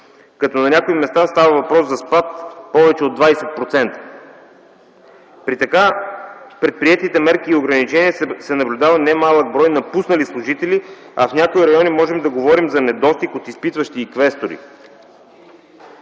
като на някои места става въпрос за спад повече от 20%. При така предприетите мерки и ограничения се наблюдава немалък брой напуснали служители, а в някои райони можем да говорим за недостиг от изпитващи и квестори.